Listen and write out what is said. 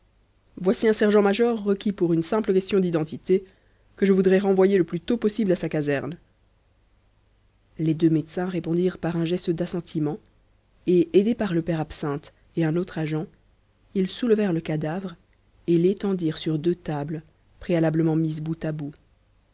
voici un sergent-major requis pour une simple question d'identité que je voudrais renvoyer le plus tôt possible à sa caserne les deux médecins répondirent par un geste d'assentiment et aidés par le père absinthe et un autre agent ils soulevèrent le cadavre et l'étendirent sur deux tables préalablement mises bout à bout